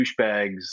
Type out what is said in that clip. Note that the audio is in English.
douchebags